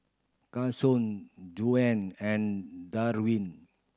Cason Juwan and Darvin